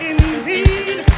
Indeed